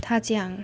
他讲